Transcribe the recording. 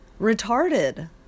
retarded